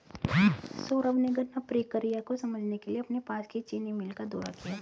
सौरभ ने गन्ना प्रक्रिया को समझने के लिए अपने पास की चीनी मिल का दौरा किया